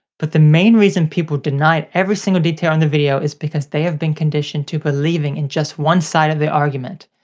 but the main reason people denied every single detail in the video is because they have been conditioned to believing in just one side of the argument,